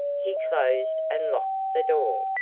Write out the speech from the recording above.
he closed and the door,